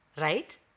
right